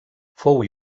fou